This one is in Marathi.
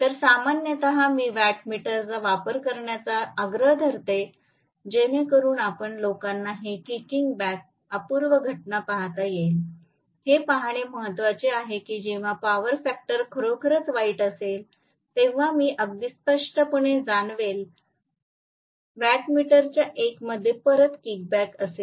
तर सामान्यत मी वॅटमीटरचा वापर करण्याचा आग्रह धरतो जेणेकरुन आपण लोकांना हे किकिंग बॅक अपूर्व घटना पाहता येईल हे पाहणे महत्वाचे आहे की जेव्हा पॉवर फॅक्टर खरोखरच वाईट असेल तेव्हा मी अगदी स्पष्टपणे जाणवेल वॅटमीटरच्या 1 मध्ये परत किकबॅक असेल